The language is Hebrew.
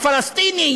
הפלסטיני,